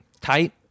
tight